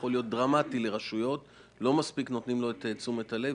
שיכול להיות דרמטי לרשויות ולא מספיק נותנים לו את תשומת הלב.